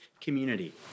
community